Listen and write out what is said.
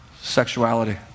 sexuality